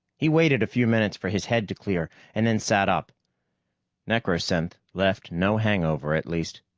he waited a few minutes for his head to clear and then sat up necrosynth left no hangover, at least.